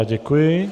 Děkuji.